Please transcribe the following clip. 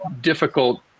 difficult